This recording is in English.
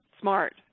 Smart